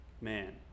man